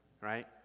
Right